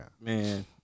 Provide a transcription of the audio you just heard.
Man –